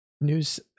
news